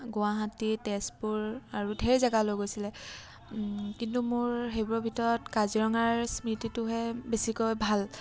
গুৱাহাটী তেজপুৰ আৰু ঢেৰ জেগা লৈ গৈছিলে কিন্তু মোৰ সেইবোৰৰ ভিতৰত কাজিৰঙাৰ স্মৃতিটোহে বেছিকৈ ভাল